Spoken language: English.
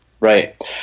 Right